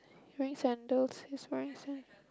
wearing sandals he's wearing sand